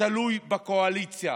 תלוי בקואליציה.